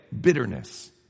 bitterness